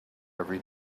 every